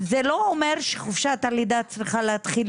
זה לא אומר שחופשת הלידה צריכה להתחיל